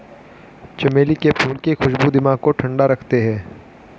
चमेली के फूल की खुशबू दिमाग को ठंडा रखते हैं